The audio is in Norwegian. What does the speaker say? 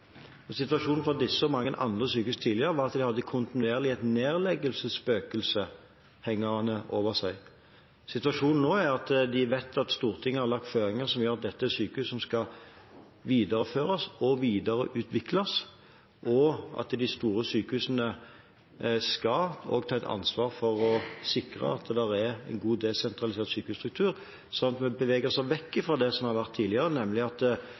og for mange andre sykehus, og den var at de hadde et kontinuerlig nedleggelsesspøkelse hengende over seg. Nå er situasjonen den at de vet at Stortinget har lagt føringer som gjør at dette er sykehus som skal videreføres og videreutvikles, og at de store sykehusene skal ta et ansvar for å sikre at det er en god, desentralisert sykehusstruktur. Vi beveger oss vekk fra det som har vært tidligere, nemlig konkurranse, der de små sykehusene har opplevd at